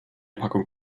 packung